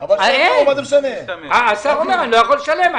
אבל אני לא יכול לשלם.